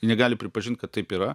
negali pripažint kad taip yra